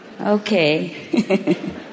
Okay